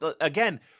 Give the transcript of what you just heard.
again